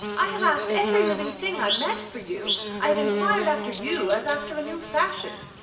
i have asked every living thing i met for you i have enquired after you, as after a new fashion.